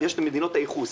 יש את מדינות הייחוס,